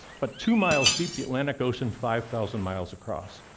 but two miles deep, the atlantic ocean, five thousand miles across.